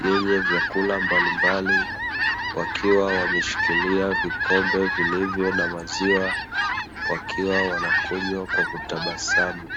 yenye vyakula mbalimbali, wakiwa wameshikilia vikombe vilivyo na maziwa wakiwa wanakunywa kwa kutabasamu.